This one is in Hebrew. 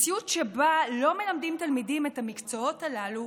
מציאות שבה לא מלמדים תלמידים את המקצועות הללו